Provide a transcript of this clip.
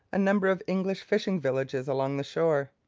a number of english fishing villages along the shore.